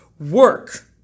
Work